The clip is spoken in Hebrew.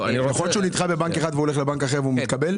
יכול להיות שהוא נדחה בבנק אחד ובבנק אחר הוא מתקבל?